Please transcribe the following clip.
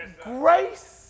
grace